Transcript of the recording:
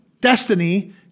destiny